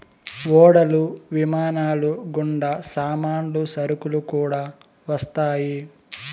ఓడలు విమానాలు గుండా సామాన్లు సరుకులు కూడా వస్తాయి